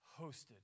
hosted